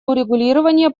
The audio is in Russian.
урегулирования